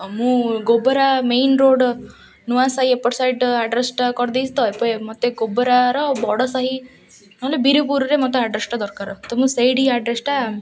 ମୁଁ Gobara main road ନୂଆ ସାହି ଏପଟ ସାଇଡ଼୍ ଆଡ୍ରେସ୍ଟା କରିଦେଇଛିି ତ ଏବେ ମୋତେ ଗୋବରାର ବଡ଼ ସାହି ନହେଲେ ବିରପୁରରେ ମୋତେ ଆଡ୍ରେସ୍ଟା ଦରକାର ତ ମୁଁ ସେଇଠି ଆଡ଼୍ରେସ୍ଟା